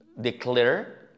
declare